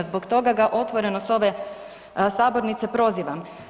Zbog toga ga otvoreno s ove sabornice prozivam.